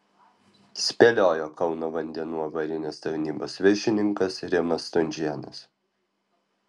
spėliojo kauno vandenų avarinės tarnybos viršininkas rimas stunžėnas